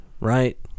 Right